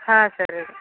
ಹಾಂ ಸರಿ ರೀ